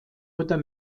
oder